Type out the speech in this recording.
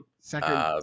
Second